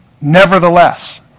Nevertheless